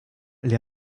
les